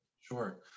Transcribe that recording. Sure